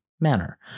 manner